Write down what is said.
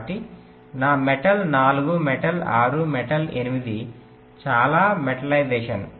కాబట్టి metal 4 metal 6 metal 8 చాలా metallisation